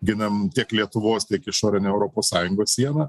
ginam tiek lietuvos tiek išorinę europos sąjungos sieną